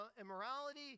immorality